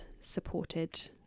supported